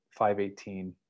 518